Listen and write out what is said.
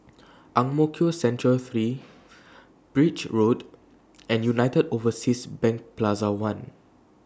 Ang Mo Kio Central three Birch Road and United Overseas Bank Plaza one